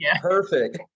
perfect